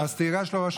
אז תיגש לראש הממשלה,